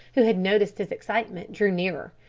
who had noticed his excitement, drew nearer.